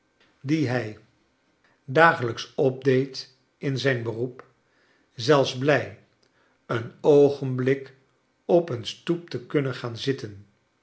die hij dagelijks opdeed in zijn beroep zelfs blij een oogenblik op een stoep te kunnen gaan zitten